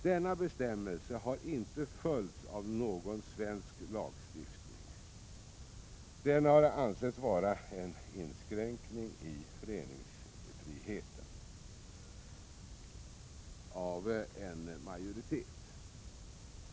Denna bestämmelse har inte följts av någon svensk lagstiftning. Den har av en majoritet ansetts innebära en inskränkning av föreningsfriheten.